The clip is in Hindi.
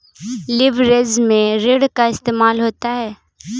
लिवरेज में ऋण का इस्तेमाल होता है